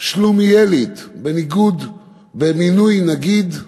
שלומיאלית במינוי נגיד,